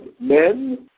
men